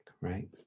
right